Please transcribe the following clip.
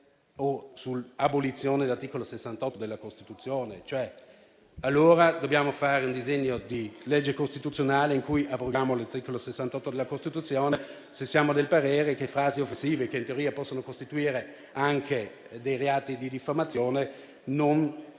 o dell'abolizione dell'articolo 68 della Costituzione. Dobbiamo fare un disegno di legge costituzionale in cui abroghiamo l'articolo 68 della Costituzione, se siamo del parere che frasi offensive, che in teoria possono costituire anche reato di diffamazione,